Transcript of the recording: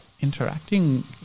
Interacting